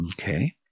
Okay